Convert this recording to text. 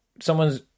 someone's